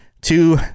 Two